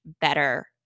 better